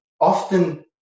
often